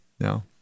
No